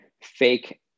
fake